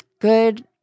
good